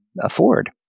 afford